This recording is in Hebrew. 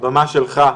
הבמה שלך.